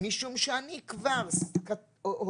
משום שאני כבר הודעתי,